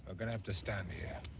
um gonna have to stand here.